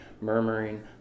murmuring